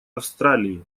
австралии